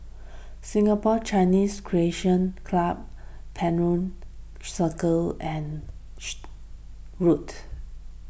Singapore Chinese Recreation Club Penjuru Circle and what